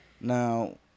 Now